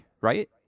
Right